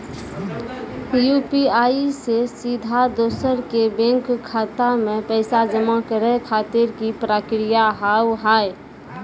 UPI से सीधा दोसर के बैंक खाता मे पैसा जमा करे खातिर की प्रक्रिया हाव हाय?